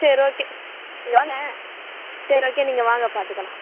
சரி ஓகே நீங்கள் வாங்க சரி ஓகே நீங்கள் வாங்க பார்த்துக்கலாம்